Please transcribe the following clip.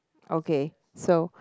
okay so